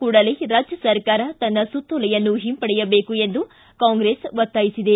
ಕೂಡಲೇ ರಾಜ್ಯ ಸರ್ಕಾರ ತನ್ನ ಸುತ್ತೋಲೆಯನ್ನು ಹಿಂಪಡೆಯಬೇಕು ಎಂದು ಕಾಂಗ್ರೆಸ್ ಒತ್ತಾಯಿಸಿದೆ